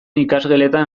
ikasgeletan